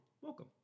welcome